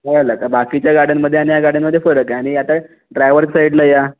कळलं का बाकीच्या गाड्यांमध्ये आणि या गाड्यांमध्ये फरक आहे आणि आता ड्रायवर साईडला या